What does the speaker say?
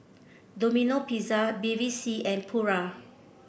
Domino Pizza Bevy C and Pura